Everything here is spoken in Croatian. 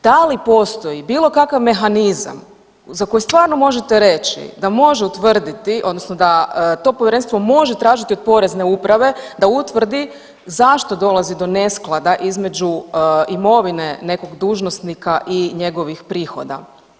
Da li postoji bilo kakav mehanizam za koji stvarno možete reći da može utvrditi, odnosno da to Povjerenstvo može tražiti od Porezne uprave da utvrdi zašto dolazi do nesklada između imovine nekog dužnosnika i njegovih prihoda.